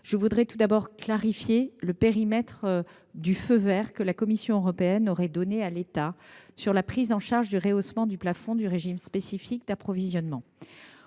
Je voudrais tout d’abord clarifier le périmètre du feu vert que la Commission européenne aurait donné à l’État, sur la prise en charge du rehaussement du plafond du régime spécifique d’approvisionnement